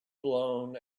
blown